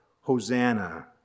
Hosanna